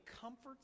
comforts